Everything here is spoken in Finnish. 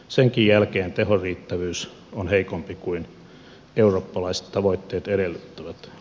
senkin jälkeen tehoriittävyys on heikompi kuin eurooppalaiset tavoitteet edellyttävät